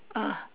ah